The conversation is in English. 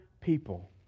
people